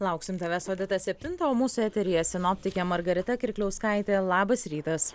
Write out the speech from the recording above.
lauksim tavęs odeta septintą o mūsų eteryje sinoptikė margarita kirkliauskaitė labas rytas